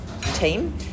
team